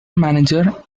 manager